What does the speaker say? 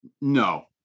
No